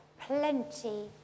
plenty